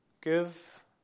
Give